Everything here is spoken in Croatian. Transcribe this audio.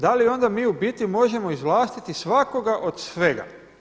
Da li mi onda mi u biti možemo izvlastiti svakoga od svega?